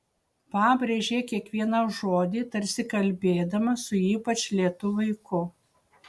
pabrėžė kiekvieną žodį tarsi kalbėdama su ypač lėtu vaiku